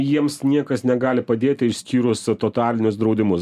jiems niekas negali padėti išskyrus totalinius draudimus